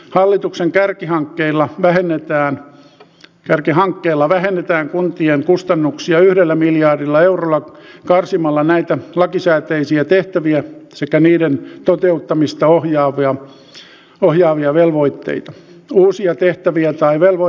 hallituksen kärkihankkeella vähennetään kärkihankkeella vähennetään kuntien kustannuksia ministeriö ja myös tämä sali pääsisivät sitten keskustelemaan niistä miten uusia mahdollisuuksia voidaan toteuttaa uusilla hankkeilla